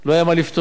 לא היה מה לפתור.